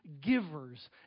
givers